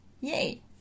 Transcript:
Yay